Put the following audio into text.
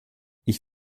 ich